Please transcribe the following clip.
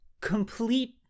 Complete